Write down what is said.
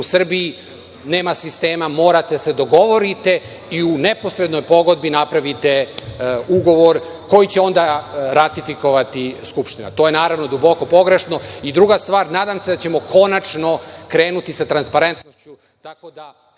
u Srbiji, nema sistema, morate da se dogovorite i u neposrednoj pogodbi napravite ugovor koji će onda ratifikovati Skupština. To je naravno duboko pogrešno. Druga stvar, nadam se da ćemo konačno krenuti sa transparentnošću,